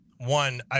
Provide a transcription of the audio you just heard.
One